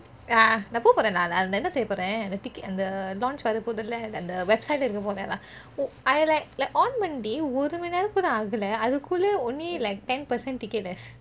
ah நான் போபோறேன்:naan poporen lah நான் என்ன செய்யப்போறேன் அந்த:naan enna seiyaporen antha ticket அந்த:antha launch வரபோதுல அந்த:varapothule antha website இதுக்கு போனேன்:ithuku ponen lah I like on பண்ணி ஒருமனேரம் கூட ஆவலே அதுக்குள்ள:panni orumaneram koode aavaleh athukulleh only like ten percent ticket eh